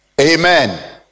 amen